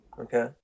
Okay